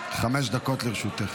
חמש דקות לרשותך.